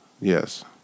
Yes